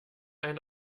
ein